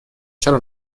چرا